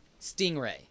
stingray